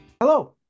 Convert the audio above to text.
Hello